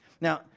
Now